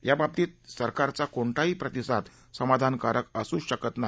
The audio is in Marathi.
याबाबतीत सरकारचा कोणताही प्रतिसाद समाधानकारक असू शकत नाही